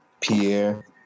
Pierre